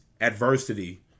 adversity